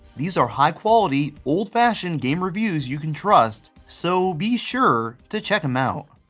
these are high-quality old fashion game reviews you can trust, so be sure to check him out.